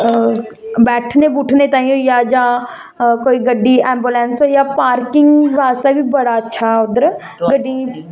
बैठने तांई होई गेआ जां कोई गड्डी ऐबुलेंस होई जा पार्किंग लाने आस्तै बी बड़ा अच्छा उद्धर गड्डी